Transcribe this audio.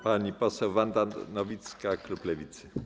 Pani poseł Wanda Nowicka, klub Lewicy.